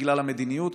בגלל המדיניות,